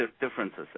differences